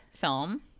film